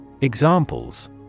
Examples